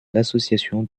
l’association